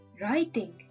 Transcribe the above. Writing